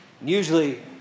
Usually